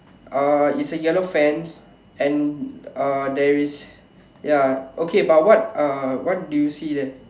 uh is a yellow fence and uh there is ya okay but what uh what do you see there